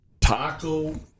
Taco